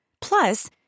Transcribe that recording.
Plus